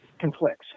Conflicts